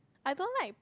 I don't like